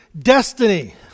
destiny